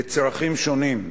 לצרכים שונים.